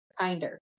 kinder